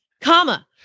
Comma